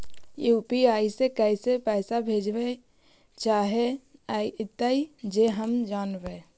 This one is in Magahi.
यु.पी.आई से कैसे पैसा भेजबय चाहें अइतय जे हम जानबय?